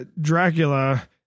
Dracula